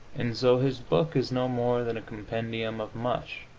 and so his book is no more than a compendium of mush.